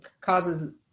causes